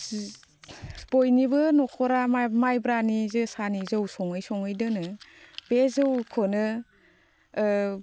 बयनिबो न'खरा माइब्रानि जोसानि जौ सङै सङै दोनो बे जौखौनो